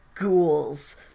Ghouls